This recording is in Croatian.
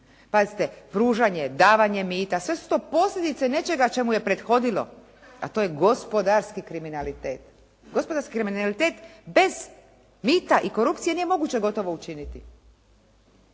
Pazite pružanje, davanje mita sve su to posljedice nečega čemu je prethodilo, a to je gospodarski kriminalitet. Gospodarski kriminalitet bez mita i korupcije nije moguće gotovo učiniti.